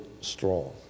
strong